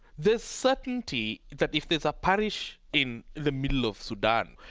this certainty that if there's a parish in the middle of sudan,